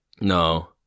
no